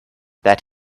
that